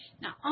Now